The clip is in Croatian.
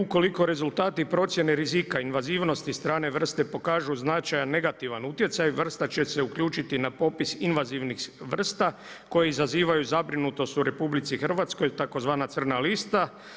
Ukoliko rezultati procjene rizika invazivnosti strane vrste pokažu značajan negativan utjecaj, vrsta će se uključiti na popis invazivnih vrsta koje izazivaju zabrinutost u RH, tzv. crna lista.